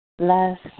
Last